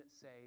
say